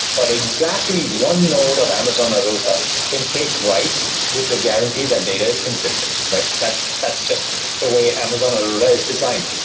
but exactly one node of amazon aurora can take writes with the guarantee that data is consistent. that's that's just the way amazon aurora is designed.